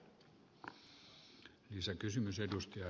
arvoisa herra puhemies